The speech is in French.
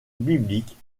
bibliques